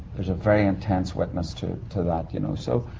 there's a very intense witness to. to that, you know. so.